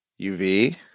UV